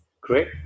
Great